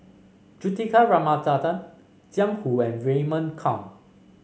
Juthika Ramanathan Jiang Hu and Raymond Kang